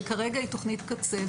כרגע היא תוכנית קצה,